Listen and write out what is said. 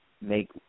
make